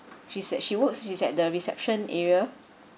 she's at she works she's at the reception area